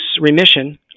remission